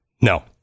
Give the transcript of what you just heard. No